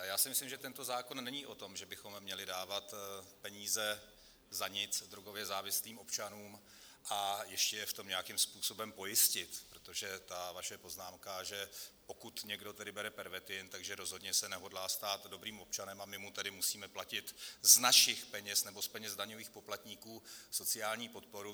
Já si myslím, že tento zákon není o tom, že bychom měli dávat peníze za nic drogově závislým občanům a ještě je v tom nějakým způsobem pojistit, protože ta vaše poznámka, že pokud někdo bere pervitin, tak že se rozhodně nehodlá stát dobrým občanem, a my mu tedy musíme platit z našich peněz nebo z peněz daňových poplatníků sociální podporu.